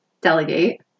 delegate